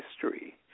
history